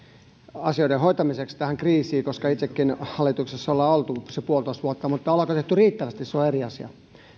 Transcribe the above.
asioiden hoitamiseksi tässä kriisissä koska itsekin hallituksessa olemme olleet sen puolitoista vuotta mutta onko tehty riittävästi se on eri asia